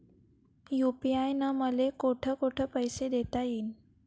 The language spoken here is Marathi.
यू.पी.आय न मले कोठ कोठ पैसे देता येईन?